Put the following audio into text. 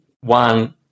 one